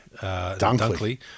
Dunkley